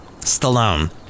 Stallone